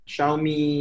Xiaomi